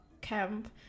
camp